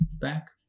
back